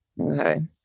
Okay